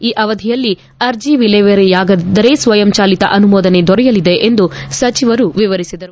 ಈ ಅವಧಿಯಲ್ಲಿ ಆರ್ಜಿ ವಿಲೇವಾರಿಯಾಗದಿದ್ದರೆ ಸ್ವಯಂ ಚಾಲತ ಅನುಮೋದನೆ ದೊರೆಯಲಿದೆ ಎಂದು ಸಚಿವರು ವಿವರಿಸಿದರು